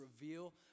reveal